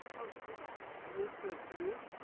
oh, with that. move to approve.